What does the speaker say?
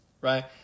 right